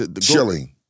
Chilling